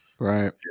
Right